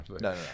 no